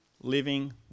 living